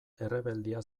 errebeldia